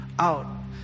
out